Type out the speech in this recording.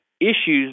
issues